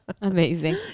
Amazing